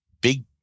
big